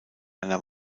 einer